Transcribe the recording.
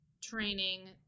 training